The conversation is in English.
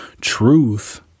truth